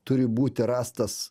turi būti rastas